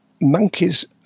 monkeys